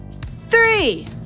three